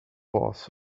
was